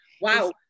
Wow